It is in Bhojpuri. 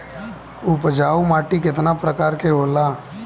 उपजाऊ माटी केतना प्रकार के होला?